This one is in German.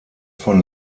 von